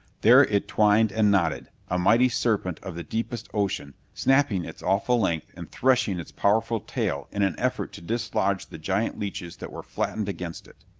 there it twined and knotted a mighty serpent of the deepest ocean, snapping its awful length and threshing its powerful tail in an effort to dislodge the giant leeches that were flattened against it.